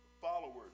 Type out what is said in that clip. followers